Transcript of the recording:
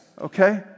Okay